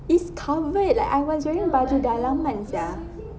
it's covered like I was wearing baju dalaman sia